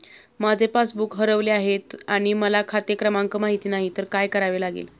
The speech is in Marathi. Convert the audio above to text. माझे पासबूक हरवले आहे आणि मला खाते क्रमांक माहित नाही तर काय करावे लागेल?